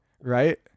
right